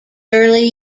early